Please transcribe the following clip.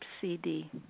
CD